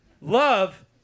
Love